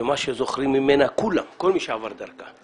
שמה שזוכרים ממנה כל מי שעבר דרכה,